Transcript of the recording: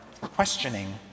questioning